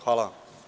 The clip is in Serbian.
Hvala.